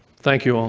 thank you all.